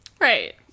Right